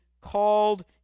called